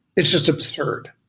it's just absurd.